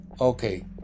okay